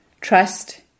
Trust